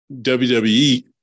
WWE